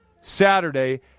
Saturday